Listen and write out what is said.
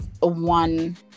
one